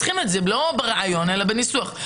לפני שאנחנו מתחילים לחשוב על החלק השני,